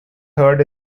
third